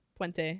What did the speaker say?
Puente